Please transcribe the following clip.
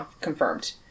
confirmed